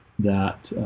that